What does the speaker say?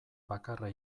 bakarra